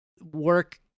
work